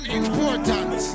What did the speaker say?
important